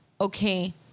okay